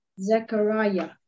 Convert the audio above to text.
Zechariah